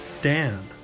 Dan